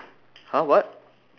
!huh! what